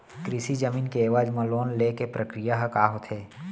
कृषि जमीन के एवज म लोन ले के प्रक्रिया ह का होथे?